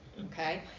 okay